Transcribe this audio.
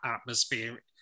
atmosphere